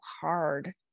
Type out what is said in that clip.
hard